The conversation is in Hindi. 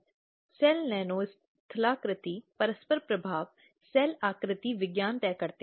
इसके बाद प्रमुख दंड हो सकता है जो व्यक्ति पर लगाया जाता है